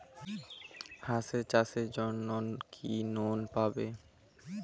হাঁস চাষের জন্য কি লোন পাব?